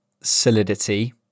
solidity